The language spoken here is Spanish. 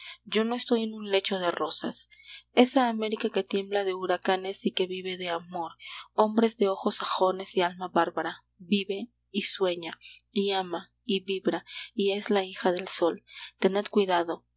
yo no estoy en un lecho de rosas esa américa que tiembla de huracanes y que vive de amor hombres de ojos sajones y alma bárbara vive y sueña y ama y vibra y es la hija del sol tened cuidado